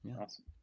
Awesome